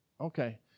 okay